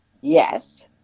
yes